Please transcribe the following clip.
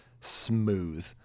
smooth